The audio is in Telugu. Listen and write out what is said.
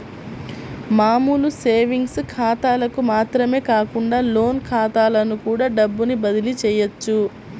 మామూలు సేవింగ్స్ ఖాతాలకు మాత్రమే కాకుండా లోన్ ఖాతాలకు కూడా డబ్బుని బదిలీ చెయ్యొచ్చు